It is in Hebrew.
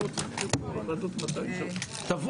בשעה